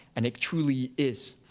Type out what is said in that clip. and it truly is.